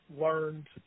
learned